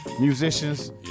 musicians